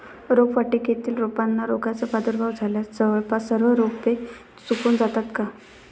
रोपवाटिकेतील रोपांना रोगाचा प्रादुर्भाव झाल्यास जवळपास सर्व रोपे सुकून जातात का?